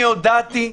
אני הודעתי,